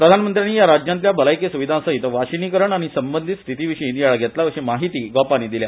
प्रधानमंत्र्यांनी या राज्यांतल्या भलायकी सुविधांसयत वाशीनीकरण आनी संबंधित स्थितीविशी नियाळ घेतला अशी म्हायती गोपांनी दिल्या